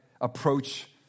approach